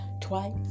Twice